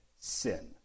sin